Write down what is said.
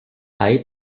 ahí